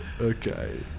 Okay